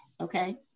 okay